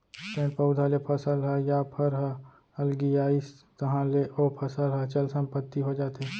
पेड़ पउधा ले फसल ह या फर ह अलगियाइस तहाँ ले ओ फसल ह चल संपत्ति हो जाथे